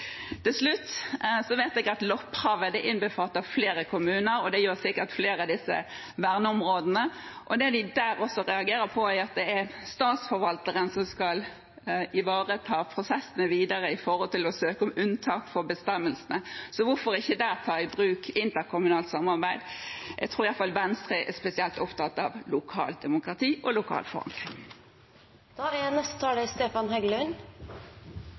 Til slutt: Jeg vet at Lopphavet innbefatter flere kommuner, og det gjør sikkert også flere av disse verneområdene. Det de reagerer på, også der, er at det er Statsforvalteren som skal ivareta prosessene videre når det gjelder å søke om unntak fra bestemmelsene. Hvorfor ikke der ta i bruk interkommunalt samarbeid? Jeg tror i hvert fall Venstre er spesielt opptatt av lokalt demokrati og lokal